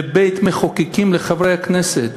לבית-המחוקקים, לחברי הכנסת.